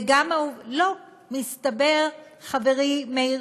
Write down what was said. וגם, הפסיקו עם זה.